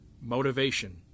Motivation